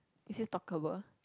is this talkable